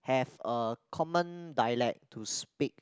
have a common dialect to speak